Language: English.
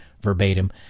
verbatim